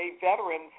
veteran's